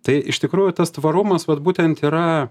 tai iš tikrųjų tas tvarumas vat būtent yra